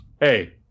hey